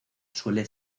suele